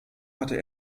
hatte